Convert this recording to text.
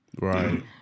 right